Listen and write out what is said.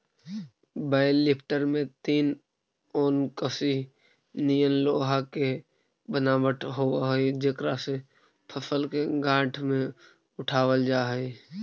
बेल lifter में तीन ओंकसी निअन लोहा के बनावट होवऽ हई जेकरा से फसल के गाँठ के उठावल जा हई